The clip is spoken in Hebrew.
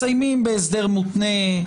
מסיימים בהסדר מותנה,